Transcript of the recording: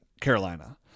Carolina